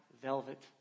velvet